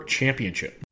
Championship